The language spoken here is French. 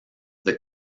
the